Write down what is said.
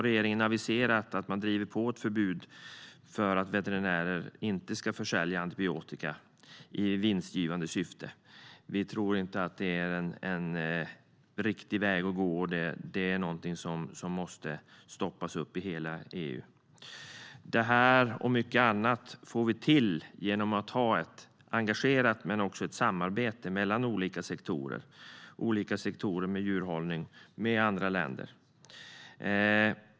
Regeringen har aviserat att man driver på för ett förbud för veterinärer att försälja antibiotika i vinstgivande syfte. Vi tror att det är något som måste stoppas i hela EU. Det här och mycket annat får vi till genom att ha ett engagemang men också ett genom samarbete mellan olika sektorer inom djurhållningen och med andra länder.